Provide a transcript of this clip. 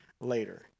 later